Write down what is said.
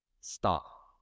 Stop